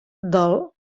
del